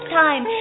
time